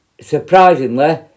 surprisingly